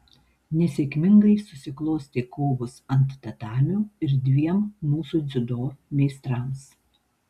nesėkmingai susiklostė kovos ant tatamio ir dviem mūsų dziudo meistrams